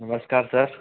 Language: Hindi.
नमस्कार सर